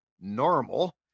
normal